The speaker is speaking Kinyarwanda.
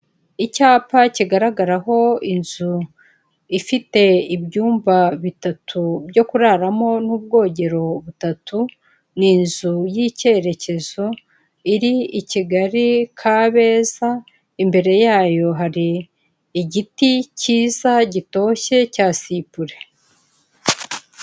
Icyapa kigaragaraho inzu ifite ibyumba bitatu byo kuraramo n'ubwogero butatu, ni inzu y'ikerekezo iri i Kigali kabeza imbere yayo hari igiti kiyiza gitoshye cya sipure.